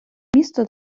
місто